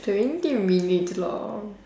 twenty minutes long